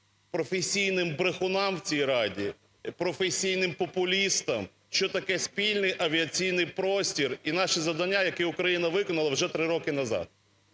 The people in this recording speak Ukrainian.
професійним брехунам в цій Раді, професійним популістам, що таке спільний авіаційний простір і наші завдання, які Україна виконала вже три роки назад.